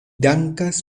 dankas